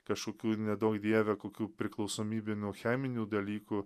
kažkokių neduok dieve kokių priklausomybių nuo cheminių dalykų